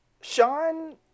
sean